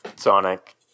sonic